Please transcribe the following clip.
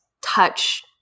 touch